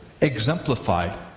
exemplified